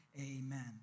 amen